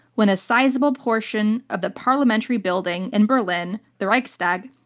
when a sizable portion of the parliamentary building in berlin, the reichstag,